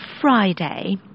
Friday